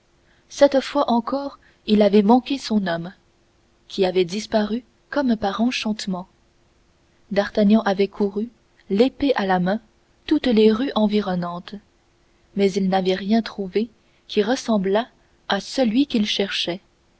cette fois encore il avait manqué son homme qui avait disparu comme par enchantement d'artagnan avait couru l'épée à la main toutes les rues environnantes mais il n'avait rien trouvé qui ressemblât à celui qu'il cherchait